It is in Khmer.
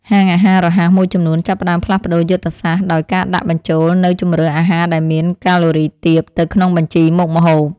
ហាងអាហាររហ័សមួយចំនួនចាប់ផ្តើមផ្លាស់ប្តូរយុទ្ធសាស្ត្រដោយការដាក់បញ្ចូលនូវជម្រើសអាហារដែលមានកាឡូរីទាបទៅក្នុងបញ្ជីមុខម្ហូប។